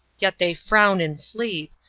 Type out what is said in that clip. yet they frown in sleep,